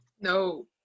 No